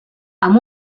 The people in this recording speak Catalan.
amb